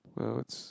well it's